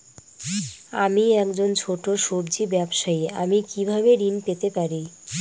আমি একজন ছোট সব্জি ব্যবসায়ী আমি কিভাবে ঋণ পেতে পারি?